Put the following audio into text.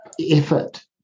effort